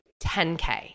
10K